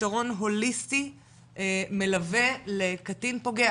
פתרון הוליסטי מלווה לקטין פוגע